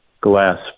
glass